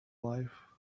life